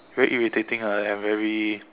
very irritating ah and very